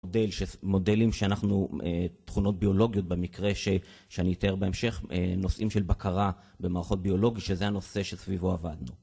מודלים שאנחנו, תכונות ביולוגיות במקרה, שאני אתאר בהמשך, נושאים של בקרה במערכות ביולוגיות, שזה הנושא שסביבו עבדנו.